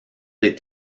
des